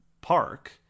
park